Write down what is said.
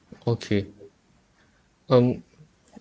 okay um